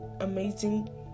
amazing